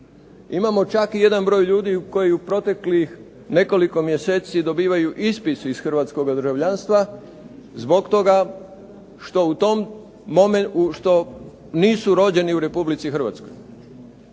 Imamo čak jedan broj ljudi koji u proteklih nekoliko mjeseci dobivaju ispis iz hrvatskoga državljanstva zbog toga što nisu rođeni u Republici Hrvatskoj.